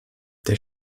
der